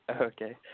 Okay